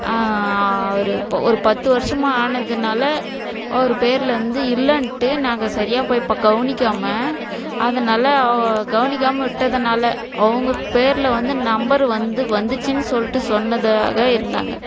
அவர் இப்போ ஒரு பத்து வருசமாக ஆனதுனால அவர் பேரில் இருந்து இல்லைன்ட்டு நாங்கள் சரியாக போய் ப கவனிக்காமல் அதனால கவனிக்காமல் விட்டதுனால அவங்க பேரில் வந்து நம்பரு வந்து வந்துசுன்னு சொல்லிட்டு சொன்னதாக இருந்தாங்க